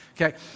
Okay